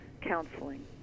counseling